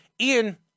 Ian